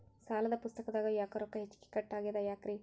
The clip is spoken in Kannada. ಸಾಲದ ಪುಸ್ತಕದಾಗ ಯಾಕೊ ರೊಕ್ಕ ಹೆಚ್ಚಿಗಿ ಕಟ್ ಆಗೆದ ಯಾಕ್ರಿ?